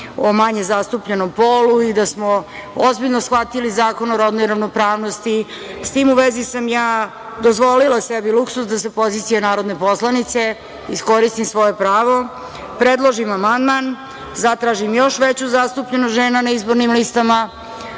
o manje zastupljenom polu i da smo ozbiljno shvatili Zakon o rodnoj ravnopravnosti.S tim u vezi, ja sam dozvolila sebi luksuz da sa pozicije narodne poslanice iskoristim svoje pravo, predložim amandman, zatražim još veću zastupljenost žena na izbornim listama.